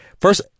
First